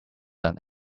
done